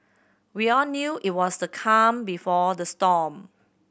we all knew it was the calm before the storm